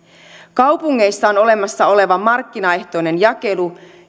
kaupungeissa on olemassa oleva markkinaehtoinen jakelu